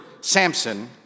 Samson